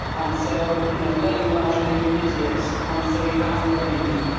and so you know learning welsh made you an idiot, and so you had to learn english.